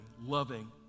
loving